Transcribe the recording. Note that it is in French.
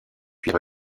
puis